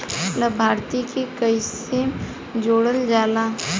लभार्थी के कइसे जोड़ल जाला?